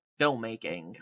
filmmaking